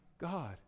God